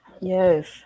Yes